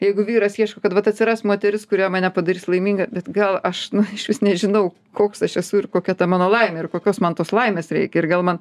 jeigu vyras ieško kad vat atsiras moteris kuri mane padarys laimingą bet gal aš išvis nežinau koks aš esu ir kokia ta mano laimė ir kokios man tos laimės reikia ir gal man